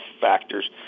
factors